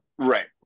right